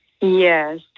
Yes